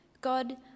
God